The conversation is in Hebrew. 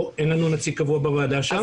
לא, אין לנו נציג קבוע בוועדה שם.